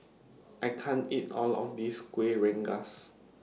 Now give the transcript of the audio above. I can't eat All of This Kueh Rengas